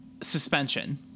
Suspension